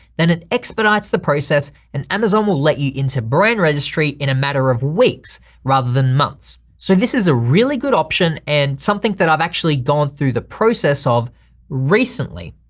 then it expedites the process and amazon will let you into brand registry in a matter of weeks rather than months. so this is a really good option and something that i've actually gone through the process of recently.